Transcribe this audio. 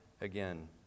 again